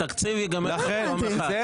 התקציב ייגמר ביום אחד.